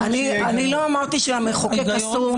הם רק יצטרכו לקבל הבהרה לפרוטוקול